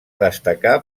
destacar